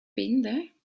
binden